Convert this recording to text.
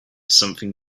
something